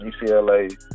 UCLA